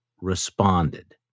responded